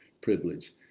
privilege